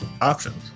options